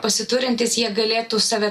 pasiturintys jie galėtų save